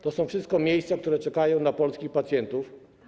To są wszystko miejsca, które czekają na polskich pacjentów.